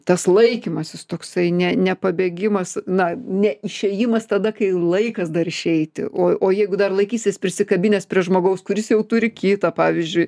tas laikymasis toksai ne ne pabėgimas na ne išėjimas tada kai laikas dar išeiti o o jeigu dar laikysies prisikabinęs prie žmogaus kuris jau turi kitą pavyzdžiui